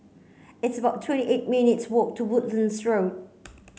it's about twenty eight minutes' walk to Woodlands Road